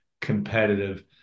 competitive